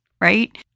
right